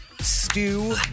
stew